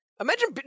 Imagine